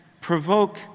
provoke